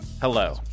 hello